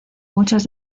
muchas